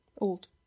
Old